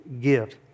gift